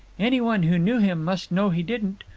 anyone who knew him must know he didn't.